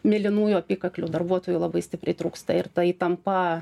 mėlynųjų apykaklių darbuotojų labai stipriai trūksta ir ta įtampa